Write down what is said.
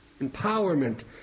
empowerment